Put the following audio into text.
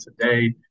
today